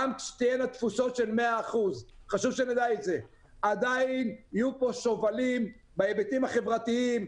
גם כשתהיינה תפוסות של 100% עדיין יהיו פה שובלים בהיבטים החברתיים,